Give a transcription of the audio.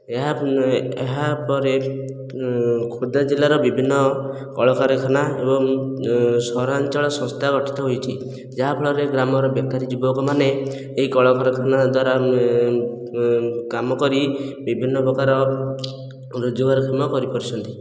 ଏହା ଏହାପରେ ଖୋର୍ଦ୍ଧା ଜିଲ୍ଲାର ବିଭିନ୍ନ କଳକାରଖାନା ଏବଂ ସହରାଞ୍ଚଳ ସଂସ୍ଥା ଗଠିତ ହୋଇଛି ଯାହା ଫଳରେ ଗ୍ରାମର ବେକାରୀ ଯୁବକ ମାନେ ଏହି କଳକାରଖାନା ଦ୍ୱାରା କାମ କରି ବିଭିନ୍ନ ପ୍ରକାର ରୋଜଗାରକ୍ଷମ କରିପାରୁଛନ୍ତି